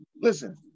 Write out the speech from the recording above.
listen